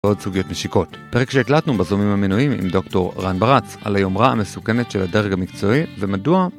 ועוד סוגיות משיקות. פרק שהקלטנו בזומים המנויים עם דוקטור רן ברק על היומרה המסוכמת של הדרג המקצועי ומדוע